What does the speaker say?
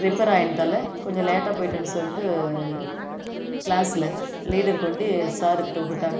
repair ஆகினதால கொஞ்சம் லேட்டாக போயிட்டேன் சொல்லிட்டு க்ளாஸில் லீடர் கொண்டு சாருக்கிட்ட விட்டுட்டாங்க